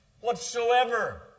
whatsoever